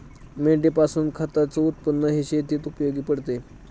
मेंढीपासून खताच उत्पन्नही शेतीत उपयोगी पडते